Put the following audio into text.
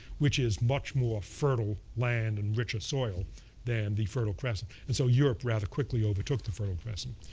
which is much more fertile land and richer soil than the fertile crescent. and so europe rather quickly overtook the fertile crescent.